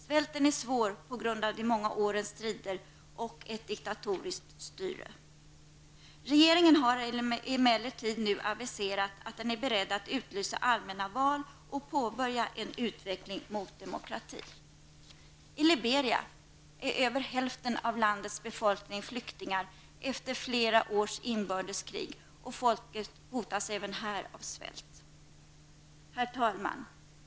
Svälten är svår på grund av de många årens strider och ett diktatoriskt styre. Regeringen har emellertid nu aviserat att den är beredd att utlysa allmänna val och påbörja en utveckling mot demokrati. I Liberia är över hälften av landets befolkning flyktingar efter flera års inbördeskrig, och folket hotas även här av svält. Herr talman!